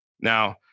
Now